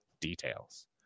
details